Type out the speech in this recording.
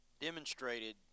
demonstrated